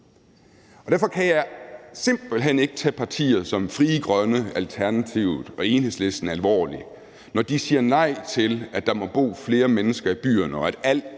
Derfor kan jeg simpelt hen ikke tage partier som Frie Grønne, Alternativet og Enhedslisten alvorligt, når de siger nej til, at der må bo flere mennesker i byerne, og at al